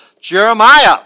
Jeremiah